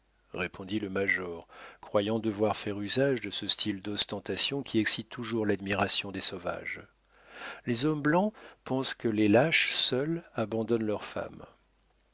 répondit le major croyant devoir faire usage de ce style d'ostentation qui excite toujours l'admiration des sauvages les hommes blancs pensent que les lâches seuls abandonnent leurs femmes